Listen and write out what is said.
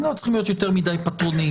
לא צריכים להיות יותר מדי פטרוניים.